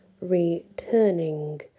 returning